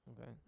Okay